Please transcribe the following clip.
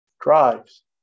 drives